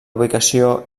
ubicació